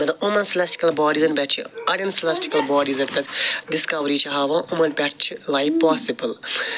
یِمن سِلٮ۪سٹِکٕل باڈیٖزن بےٚ چھِ اڑٮ۪ن سِلٮ۪سٹِکٕل باڈیٖزن پٮ۪ٹھ ڈِسکوری چھِ ہاوان یِمن پٮ۪ٹھ چھِ لایِف پاسِبٕل